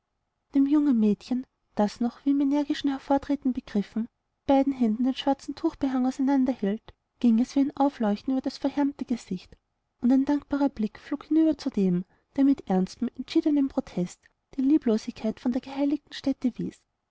dem jungen mädchen das noch wie im energischen hervortreten begriffen mit beiden händen den schwarzen tuchbehang auseinander hielt ging es wie ein aufleuchten über das verhärmte gesicht und ein dankbarer blick flog hinüber zu dem der mit ernstem entschiedenem protest die lieblosigkeit von der geheiligten stätte wies